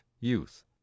youth